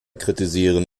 kritisieren